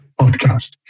Podcast